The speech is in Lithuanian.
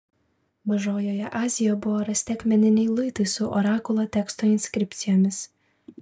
mažojoje azijoje buvo rasti akmeniniai luitai su orakulo teksto inskripcijomis